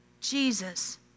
Jesus